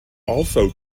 also